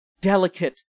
delicate